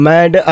Mad